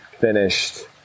Finished